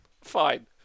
fine